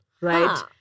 right